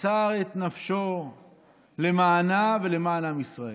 מסר את נפשו למענה ולמען עם ישראל.